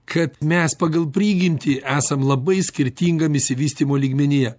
kad mes pagal prigimtį esam labai skirtingam išsivystymo lygmenyje